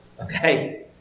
okay